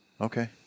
Okay